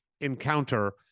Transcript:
encounter